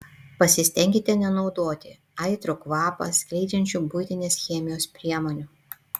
pasistenkite nenaudoti aitrų kvapą skleidžiančių buitinės chemijos priemonių